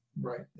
Right